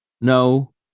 no